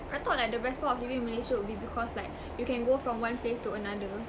I thought like the best part of living in malaysia would be because like you can go from one place to another